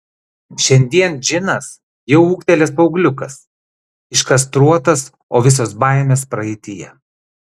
šiandien džinas jau ūgtelėjęs paaugliukas iškastruotas o visos baimės praeityje